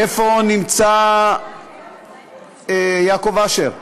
איפה נמצא יעקב אשר?